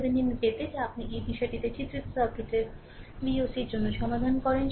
থেভেনিনের পেতে যাতে আপনি এই বিষয়টিতে চিত্রিত সার্কিটের Voc এর জন্য সমাধান করেন